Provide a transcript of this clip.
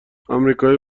امریکایی